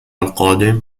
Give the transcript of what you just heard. القادم